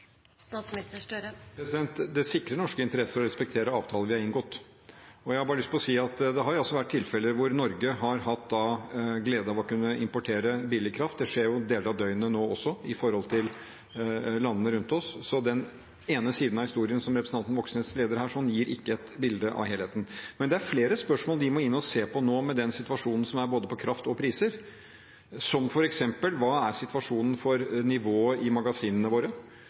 Det sikrer norske interesser å respektere avtaler vi har inngått. Jeg har bare lyst til å si at det har også vært tilfeller der Norge har hatt gleden av å kunne importere billig kraft. Det skjer jo deler av døgnet nå også, fra landene rundt oss, så den ene siden av historien som representanten Moxnes deler her, gir ikke et bilde av helheten. Men det er flere spørsmål vi må inn og se på nå, med den situasjonen som er med både kraft og priser, som f.eks.: Hva er situasjonen for nivået i magasinene våre?